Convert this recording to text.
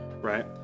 right